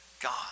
God